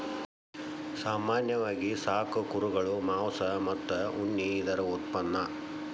ಸಾಮಾನ್ಯವಾಗಿ ಸಾಕು ಕುರುಗಳು ಮಾಂಸ ಮತ್ತ ಉಣ್ಣಿ ಇದರ ಉತ್ಪನ್ನಾ